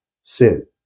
sin